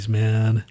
man